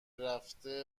رفته